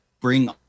bring